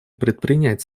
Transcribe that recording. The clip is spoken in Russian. предпринять